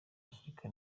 africa